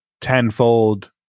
tenfold